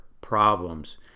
problems